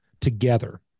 together